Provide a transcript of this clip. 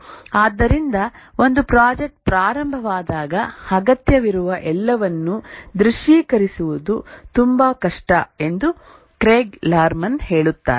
" ಆದ್ದರಿಂದ ಒಂದು ಪ್ರಾಜೆಕ್ಟ್ ಪ್ರಾರಂಭವಾದಾಗ ಅಗತ್ಯವಿರುವ ಎಲ್ಲವನ್ನೂ ದೃಶ್ಯೀಕರಿಸುವುದು ತುಂಬಾ ಕಷ್ಟ ಎಂದು ಕ್ರೇಗ್ ಲಾರ್ಮನ್ ಹೇಳುತ್ತಾರೆ